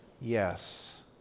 Yes